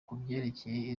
kubyerekeye